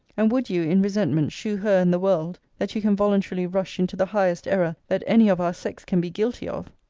and would you, in resentment, shew her and the world, that you can voluntarily rush into the highest error that any of our sex can be guilty of?